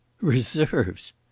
reserves